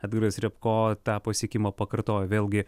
edgaras riabko tą pasiekimą pakartojo vėlgi